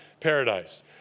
paradise